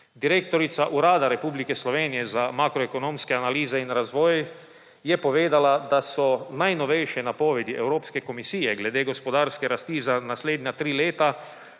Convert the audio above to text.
Direktorica Urada Republike Slovenije za makroekonomske analize in razvoj je povedala, da so najnovejše napovedi Evropske komisije glede gospodarske rasti za naslednja tri leta